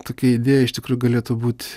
tokia idėja iš tikrųjų galėtų būt